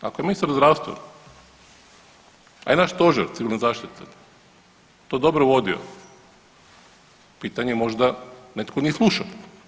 Ako je ministar zdravstva a i naš Stožer Civilne zaštite to dobro vodio pitanje je možda netko nije slušao.